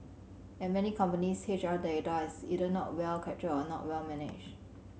at many companies H R data is either not well captured or not well managed